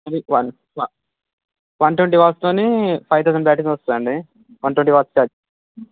మీకు one one twenty వాట్స్తో five thousand batteries వస్తుంది అండి వన్ ట్వంటీ వాట్స్ దట్